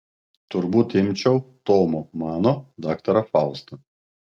turbūt imčiau tomo mano daktarą faustą